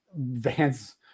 Vance